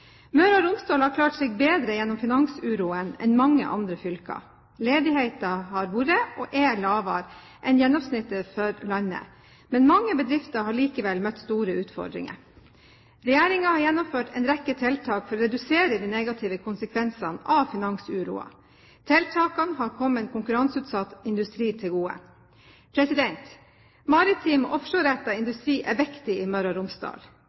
Møre og Romsdal har klart seg bedre gjennom finansuroen enn mange andre fylker. Ledigheten har vært og er lavere enn gjennomsnittet for landet, men mange bedrifter har likevel møtt store utfordringer. Regjeringen har gjennomført en rekke tiltak for å redusere de negative konsekvensene av finansuroen. Tiltakene har kommet konkurranseutsatt industri til gode. Maritim og offshorerettet industri er viktig i Møre og Romsdal.